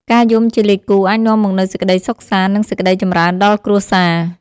ការយំជាលេខគូអាចនាំមកនូវសេចក្តីសុខសាន្ត និងសេចក្តីចម្រើនដល់គ្រួសារ។